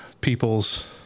people's